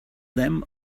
them